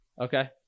Okay